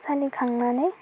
सालिखांनानै